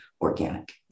organic